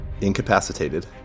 incapacitated